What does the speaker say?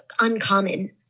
uncommon